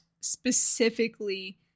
specifically